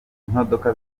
imodoka